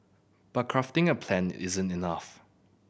but crafting a plan isn't enough